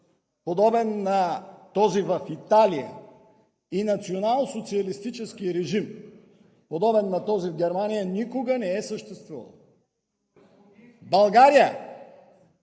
подобен на този в Италия, и националсоциалистически режим, подобен на този в Германия, никога не е съществувал! В България